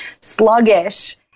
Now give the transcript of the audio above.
sluggish